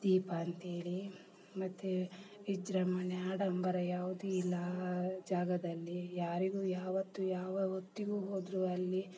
ದೀಪ ಅಂತೇಳಿ ಮತ್ತೇ ವಿಜೃಂಬಣೆ ಆಡಂಬರ ಯಾವುದು ಇಲ್ಲ ಆ ಜಾಗದಲ್ಲಿ ಯಾರಿಗು ಯಾವತ್ತು ಯಾವ ಹೊತ್ತಿಗು ಹೋದ್ರು ಅಲ್ಲಿ